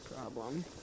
problem